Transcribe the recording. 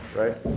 right